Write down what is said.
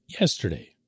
Yesterday